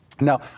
Now